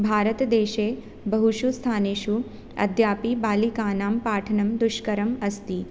भारतदेशे बहुषु स्थानेषु अद्यापि बालिकानां पाठनं दुष्करमस्ति